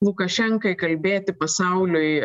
lukašenkai kalbėti pasauliui